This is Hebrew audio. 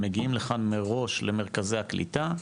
הם מגיעים לכאן מראש למרכזי הקליטה.